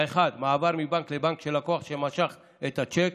האחד, מעבר מבנק לבנק של לקוח שמשך את הצ'ק,